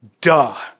Duh